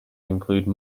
include